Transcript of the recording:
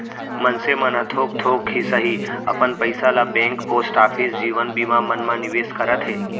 मनसे मन ह थोक थोक ही सही अपन पइसा ल बेंक, पोस्ट ऑफिस, जीवन बीमा मन म निवेस करत हे